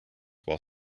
while